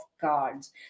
cards